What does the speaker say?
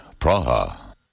Praha